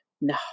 No